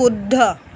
শুদ্ধ